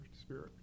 spirit